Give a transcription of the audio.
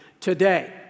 today